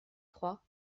trois